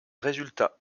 résultats